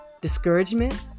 discouragement